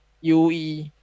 UE